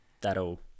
That'll